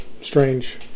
strange